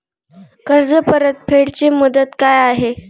कर्ज परतफेड ची मुदत काय आहे?